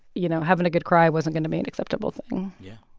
you know, having a good cry wasn't going to be an acceptable thing yeah.